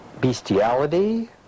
bestiality